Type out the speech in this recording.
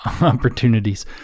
opportunities